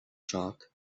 shock